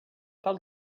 tal